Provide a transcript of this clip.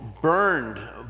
burned